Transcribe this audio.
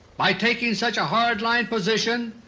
by taking such a hard-line position,